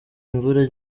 imvura